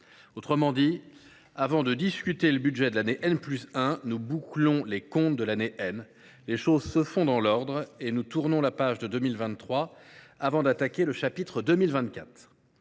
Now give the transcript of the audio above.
Autrement dit : avant de discuter le budget de l’année +1, nous bouclons les comptes de l’année . Les choses se font dans l’ordre, et nous tournons la page de 2023 avant d’attaquer le chapitre 2024.